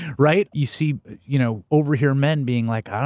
right? you see you know over here men being like,